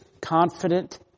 confident